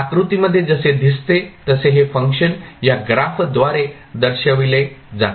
आकृतीमध्ये जसे दिसते तसे हे फंक्शन या ग्राफ द्वारे दर्शवले जाते